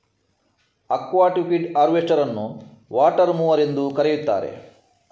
aquatic weed harvester ಅನ್ನುವಾಟರ್ mower ಎಂದೂ ಕರೆಯುತ್ತಾರೆ